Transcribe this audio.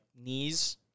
knees